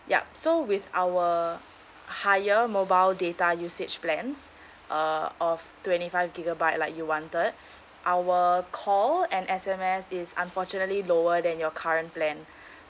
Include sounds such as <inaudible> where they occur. yup so with our higher mobile data usage plans uh of twenty five gigabyte right you wanted our call and S_M_S is unfortunately lower than your current plan <breath>